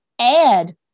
add